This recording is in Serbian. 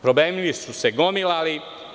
Problemi su se gomilali.